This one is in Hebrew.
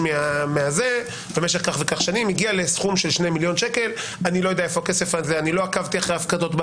מוסכם שזה שיורי.